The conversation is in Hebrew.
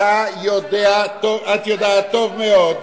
את יודעת טוב מאוד,